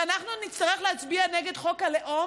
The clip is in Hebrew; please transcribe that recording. שאנחנו נצטרך להצביע נגד חוק הלאום,